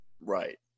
Right